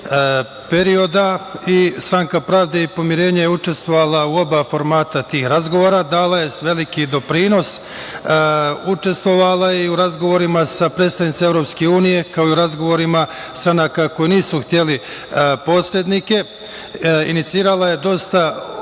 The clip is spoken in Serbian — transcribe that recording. perioda i Stranka pravde i pomirenja je učestvovala u oba formata tih razgovora. Dala je veliki doprinos. Učestvovala je u razgovorima sa predstavnicima EU, kao i u razgovorima stranaka koje nisu htele posrednike. Inicirala je dosta